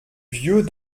vieux